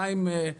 חיים קמחי,